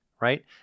right